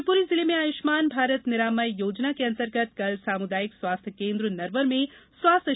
शिवपुरी जिले में आयुष्मान भारत निरामय योजना के अंतर्गत कल सामुदायिक स्वास्थ्य केन्द्र नरवर में स्वास्थ्य शिविर लगाया जायेगा